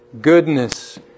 goodness